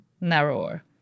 narrower